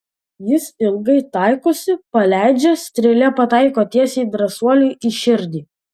jis ilgai taikosi paleidžia strėlė pataiko tiesiai drąsuoliui į širdį